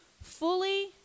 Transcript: fully